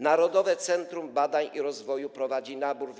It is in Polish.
Narodowe Centrum Badań i Rozwoju prowadzi nabór